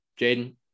Jaden